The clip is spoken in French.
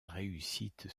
réussite